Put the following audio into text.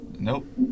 Nope